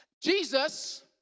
Jesus